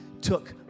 took